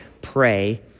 pray